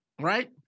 right